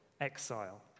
exile